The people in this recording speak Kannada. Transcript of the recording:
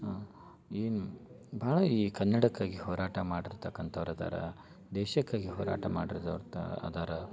ಏನು ಬಹಳ ಈ ಕನ್ನಡಕ್ಕಾಗಿ ಹೋರಾಟ ಮಾಡಿರತಕ್ಕಂಥವ್ರು ಇದ್ದಾರೆ ದೇಶಕ್ಕಾಗಿ ಹೋರಾಟ ಮಾಡಿದವ್ರು ತಾ ಅದಾರ